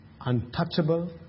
Untouchable